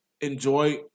enjoy